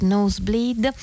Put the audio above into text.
Nosebleed